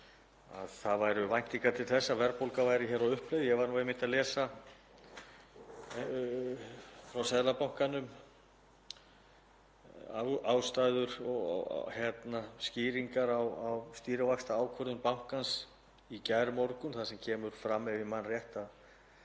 að væntingar væru til þess að verðbólga væri á uppleið. Ég var einmitt að lesa frá Seðlabankanum ástæður og skýringar á stýrivaxtaákvörðun bankans í gærmorgun þar sem kemur fram, ef ég man rétt, að